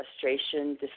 frustration